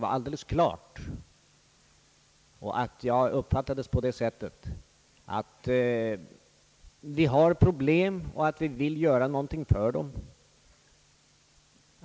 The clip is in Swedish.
Vallen är sålunda redan genombruten.